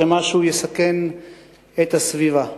שמשהו יסכן את הסביבה.